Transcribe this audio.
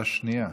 על השנייה.